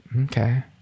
Okay